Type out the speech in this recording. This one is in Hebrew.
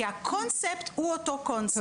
כי הקונספט הוא אותו קונספט.